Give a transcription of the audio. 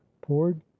poured